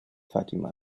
fatima